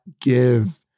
give